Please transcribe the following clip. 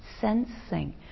sensing